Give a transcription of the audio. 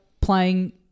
playing